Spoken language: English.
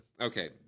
Okay